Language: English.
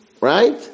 right